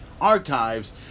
archives